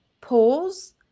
pause